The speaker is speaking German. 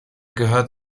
gehört